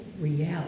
reality